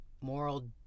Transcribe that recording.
moral